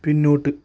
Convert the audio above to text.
പിന്നോട്ട്